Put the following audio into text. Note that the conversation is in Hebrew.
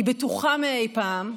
היא בטוחה מאי פעם.